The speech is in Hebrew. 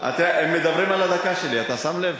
הם מדברים על הדקה שלי, אתה שם לב?